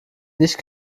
nicht